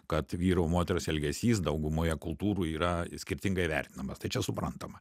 kad vyro moters elgesys daugumoje kultūrų yra skirtingai vertinamas tačiau suprantama